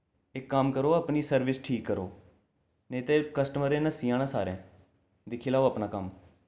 इक कम्म करो अपनी सर्विस ठीक करो नेईं ते कस्टमरैं नस्सी जाना सारें दिक्खी लैओ अपना कम्म